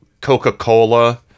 coca-cola